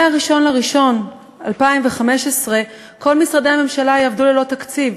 מ-1 בינואר 2015 כל משרדי הממשלה יעבדו ללא תקציב.